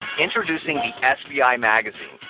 introducing the sbi magazine.